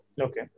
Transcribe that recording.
Okay